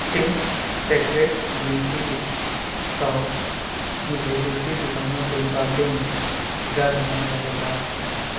Ching's Secret green chilli sauce مجھے دوسری دُکانوں کے مقابلے میں زیادہ مہنگا لگ رہا ہے